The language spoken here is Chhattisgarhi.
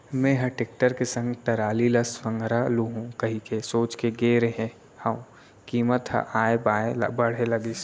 मेंहा टेक्टर के संग टराली ल संघरा लुहूं कहिके सोच के गे रेहे हंव कीमत ह ऑय बॉय बाढ़े लगिस